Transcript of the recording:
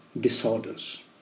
disorders